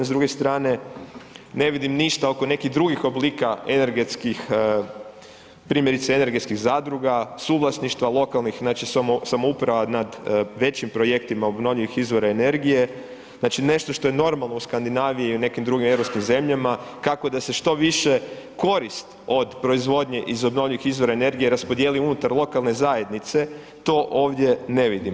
S druge strane ne vidim ništa oko nekih drugih oblika energetskih, primjerice energetskih zadruga, suvlasništva lokalnih, znači samouprava nad većim projektima obnovljivih izvora energije, znači nešto što je normalno u Skandinaviji i u nekim drugim europskim zemljama kako da se što više korist od proizvodnje iz obnovljivih izvora energije raspodijeli unutar lokalne zajednice, to ovdje ne vidim.